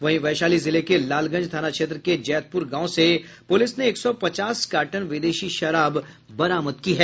वहीं वैशाली जिले के लालगंज थाना क्षेत्र के जैतपुर गांव से पुलिस ने एक सौ पचास कार्टन विदेशी शराब बरामद की है